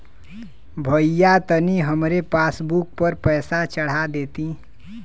भईया तनि हमरे पासबुक पर पैसा चढ़ा देती